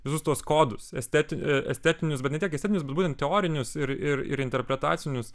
visus tuos kodus esteti estetinius bet ne tiek estetonius bet būtent teorinius ir ir ir interpretacinius